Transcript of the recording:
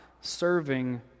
serving